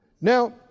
Now